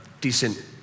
decent